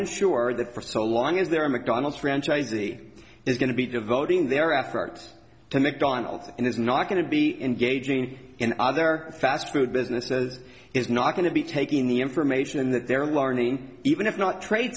ensure that for so long is there a mcdonald's franchisee is going to be devoting their efforts to mcdonald's and it's not going to be engaging in other fast food businesses is not going to be taking the information that they're learning even if not trade